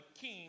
king